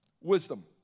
Wisdom